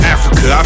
Africa